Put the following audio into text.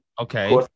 Okay